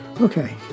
Okay